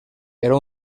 era